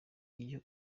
iyo